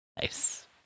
Nice